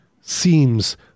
seems